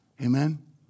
Amen